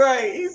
Right